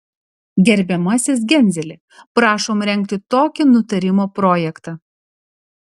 gerbiamasis genzeli prašom rengti tokį nutarimo projektą